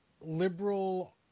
liberal